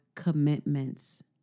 commitments